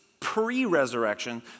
Pre-resurrection